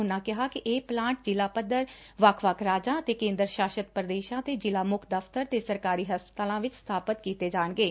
ਉਨੂਾ ਕਿਹਾ ਕਿ ਇਹ ਪਲਾਂਟ ਜਿਲਾ ਪੱਧਰ ਵੱਖ ਵੱਖ ਰਾਜਾਂ ਅਤੇ ਕੇਂਦਰ ਸ਼ਾਸਤ ਪ੍ਰਦੇਸ਼ਾਂ ਦੇ ਜਿਲਾ ਮੁੱਖ ਦਫਤਰ ਤੇ ਸਰਕਾਰੀ ਹਸਪਤਾਲਾਂ ਵਿੱਚ ਸਬਾਪਤ ਕੀਤੇ ਜਾਣਗੇ